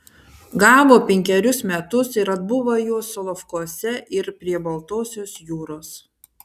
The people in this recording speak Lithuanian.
gavo penkerius metus ir atbuvo juos solovkuose ir prie baltosios jūros